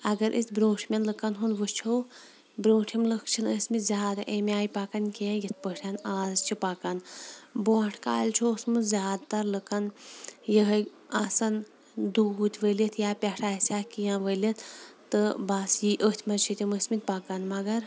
اگر أسۍ بروٗنٛٹھ مٮ۪ن لُکَن ہنٛد وُچھو برٛوٗنٛٹھِم لُکھ چھِنہٕ ٲسۍ مٕتۍ زیادٕ امہِ آیہِ پَکان کینٛہہ یِتھ پٲٹھۍ اَز چھِ پَکان برونٛٹھ کالہِ چھُ اوسمُت زیادٕ تَر لُکَن یِہٕے آسان دوٗتۍ ؤلِتھ یا پٮ۪ٹھٕ آسہِ ہکھ کینٛہہ ؤلِتھ تہٕ بَس یی أتھۍ منٛز چھِ تِم ٲسۍ مٕتۍ پَکان مگر